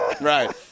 Right